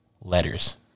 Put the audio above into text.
letters